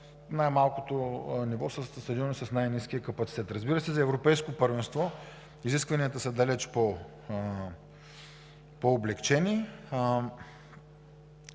най-малкото ниво, свързано с най-ниския капацитет. Разбира се, за Европейско първенство изискванията са далеч по-облекчени.